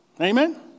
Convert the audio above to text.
Amen